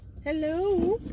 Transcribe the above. Hello